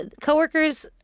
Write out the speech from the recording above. coworkers